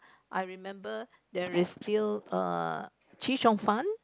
I remember there is still err chee-cheong-fun